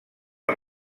els